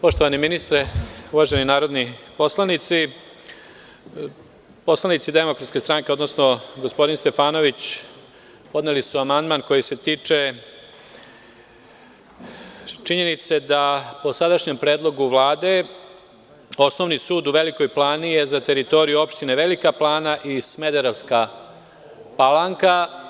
Poštovani ministre, uvaženi narodni poslanici, poslanici DS, odnosno gospodin Stefanović, podneli su amandman koji se tiče činjenice da po sadašnjem predlogu Vlade, Osnovni sud u Velikoj Plani je za teritoriju opštine Velika Plana i Smederevska Palanka.